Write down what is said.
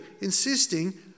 insisting